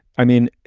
i mean,